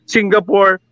Singapore